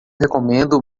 recomendo